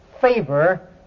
favor